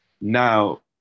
Now